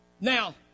Now